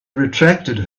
retracted